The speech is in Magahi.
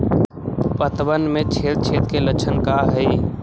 पतबन में छेद छेद के लक्षण का हइ?